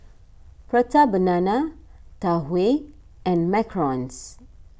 Prata Banana Tau Huay and Macarons